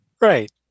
Right